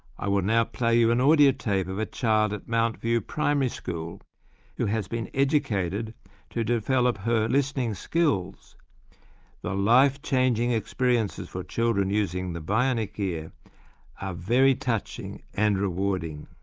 i will now play you an audio tape of a child at mount view primary school who has been educated to develop her listening skills the life changing experiences for children using the bionic ear are very touching and rewarding.